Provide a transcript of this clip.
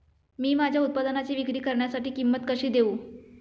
मी माझ्या उत्पादनाची विक्री करण्यासाठी किंमत कशी देऊ?